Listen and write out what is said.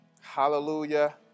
Hallelujah